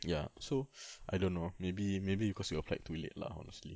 ya so I don't know maybe maybe because you applied too late lah honestly